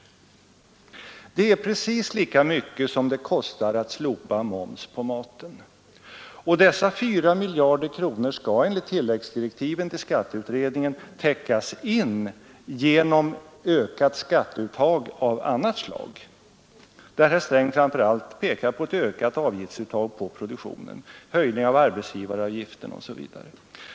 Det är precis lika mycket som det kostar att slopa moms på maten, och dessa 4 miljarder kronor skall enligt tilläggsdirektiven till skatteutredningen täckas in genom ökat skatteuttag av annat slag. Herr Sträng pekar framför allt på ett ökat avgiftsuttag från produktionen — höjning av arbetsgivaravgiften osv.